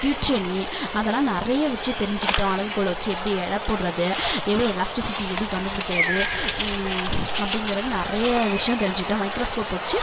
அதெலாம் நிறைய வச்சி தெரிஞ்சிக்கிட்டோம் அளவுகோலை வச்சி எப்படி எடை போடுறது எப்படி எலாஸ்ட்டிசிட்டி எப்படி கண்டுப்பிடிக்கிறது அப்படிங்கிறது நிறைய விஷயோம் தெரிஞ்சிக்கிட்டோம் மைக்ராஸ்க்கோப் வச்சு